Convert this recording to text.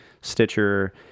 Stitcher